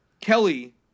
Kelly